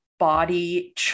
body